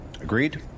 agreed